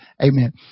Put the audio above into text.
Amen